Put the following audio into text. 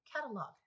catalog